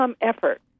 effort